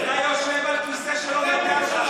אתה יושב על כיסא שלא מגיע לך,